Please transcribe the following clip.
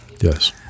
yes